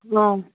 ꯑꯣ